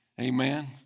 Amen